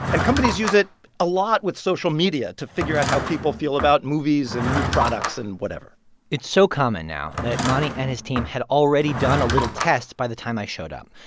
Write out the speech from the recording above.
and companies use it a lot with social media to figure out how people feel about movies and new products and whatever it's so common now that mani and his team had already done a little test by the time i showed up.